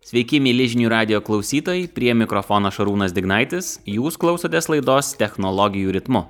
sveiki mieli žinių radijo klausytojai prie mikrofono šarūnas dignaitis jūs klausotės laidos technologijų ritmu